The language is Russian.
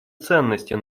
ценности